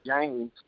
James